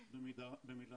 ביקשתם, בגלל